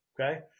Okay